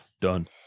done